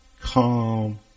calm